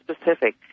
specific